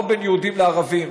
לא בין יהודים לערבים,